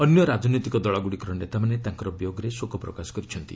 ଅନ୍ୟ ରାଜନୈତିକ ଦଳଗୁଡ଼ିକର ନେତାମାନେ ତାଙ୍କର ବିୟୋଗରେ ଶୋକ ପ୍ରକାଶ କରିଛନ୍ତି